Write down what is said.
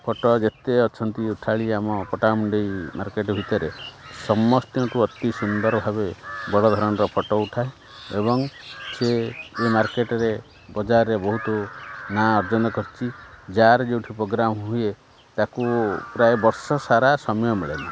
photo ଯେତେ ଅଛନ୍ତି ଉଠାଳି ଆମ ପଟା ମୁଣ୍ଡେଇ ମାର୍କେଟ ଭିତରେ ସମସ୍ତିଙ୍କଠୁ ଅତି ସୁନ୍ଦର ଭାବେ ବଡ଼ ଧରଣର ଫଟୋ ଉଠାଏ ଏବଂ ସିଏ ଏ ମାର୍କେଟରେ ବଜାରରେ ବହୁତ ନାଁ ଅର୍ଜନ କରିଛି ଯାହାର ଯେଉଁଠି ପୋଗ୍ରାମ ହୁଏ ତାକୁ ପ୍ରାୟ ବର୍ଷ ସାରା ସମୟ ମିଳେନି